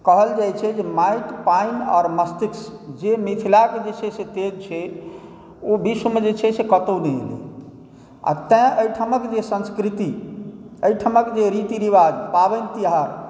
कहल जाइत छै जे माटि पानि आओर मस्तिष्क जे मिथिलाक जे छै से तेज छै ओ विश्वमे जे छै से कतहु नहि अइ आ तेँ एहिठामक जे संस्कृति एहिठामक जे रीतिरिवाज पावनि तिहार